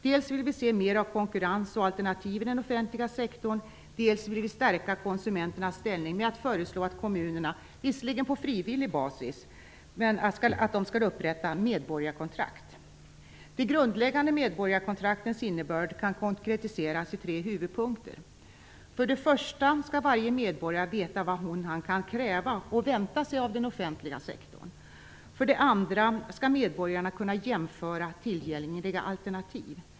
Dels vill vi se mer av konkurrens och alternativ i den offentliga sektorn, dels vill vi stärka konsumenternas ställning med att föreslå att kommunerna, visserligen på frivillig basis, skall upprätta medborgarkontrakt. Det grundläggande medborgarkontraktets innebörd kan konkretiseras i tre huvudpunkter. För det första skall varje medborgare veta vad han/hon kan kräva och vänta sig av den offentliga sektorn. För det andra skall medborgarna kunna jämföra tillgängliga alternativ.